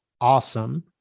awesome